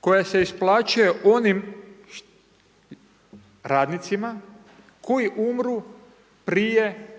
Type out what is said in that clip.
koja se isplaćuje onim radnicima koji umru prije stjecanja